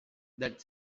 that